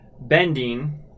bending